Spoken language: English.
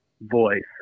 voice